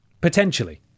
potentially